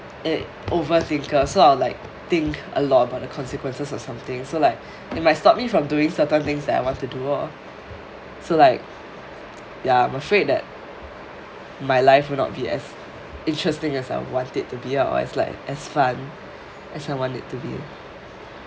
uh over thinker so I'll like think a lot about the consequences or something so like that might stop me from doing certain things that I want to do lor so like ya I'm afraid that my life will not be as interesting as I want it to be lah or is like as fun as I want it to be